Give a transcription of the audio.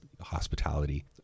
hospitality